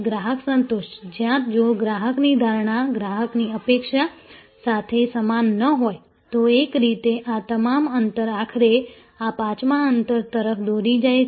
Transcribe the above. ગ્રાહક સંતોષ જ્યાં જો ગ્રાહકની ધારણા ગ્રાહકની અપેક્ષા સાથે સમાન ન હોય તો એક રીતે આ તમામ અંતર આખરે આ પાંચમા અંતર તરફ દોરી જાય છે